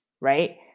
right